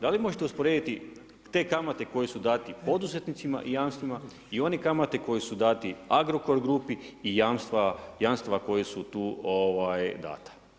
Da li možete usporediti te kamate koje su dane poduzetnicima i jamstvima i one kamate koje su dane Agrokor grupi i jamstva koja su tu dana?